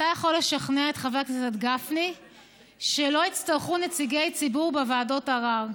אתה יכול לשכנע את חבר הכנסת גפני שלא יצטרכו נציגי ציבור בוועדות ערר,